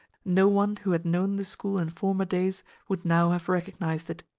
no one who had known the school in former days would now have recognised it.